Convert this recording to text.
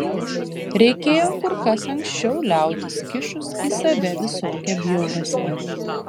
reikėjo kur kas anksčiau liautis kišus į save visokią bjaurastį